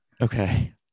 Okay